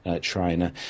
trainer